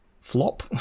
flop